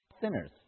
sinners